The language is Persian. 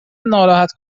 ناراحت